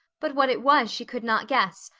but what it was she could not guess,